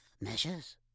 Measures